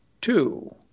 two